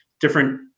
different